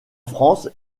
france